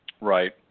Right